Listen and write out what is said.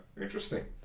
interesting